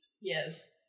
Yes